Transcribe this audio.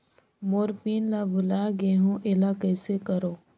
मोर pin ला भुला गे हो एला कइसे करो?